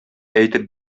әйтеп